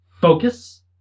focus